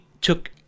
took